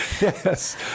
Yes